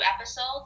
episodes